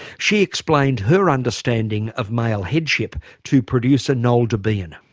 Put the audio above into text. she explained her understanding of male headship to producer noel debien.